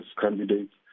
candidates